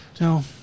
No